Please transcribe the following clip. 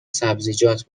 سبزیجات